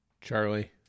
Charlie